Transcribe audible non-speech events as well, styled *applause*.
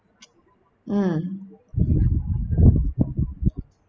*noise* mm